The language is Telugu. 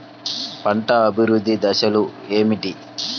పంట అభివృద్ధి దశలు ఏమిటి?